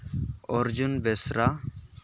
Arjun Besra